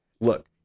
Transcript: Look